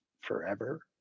forever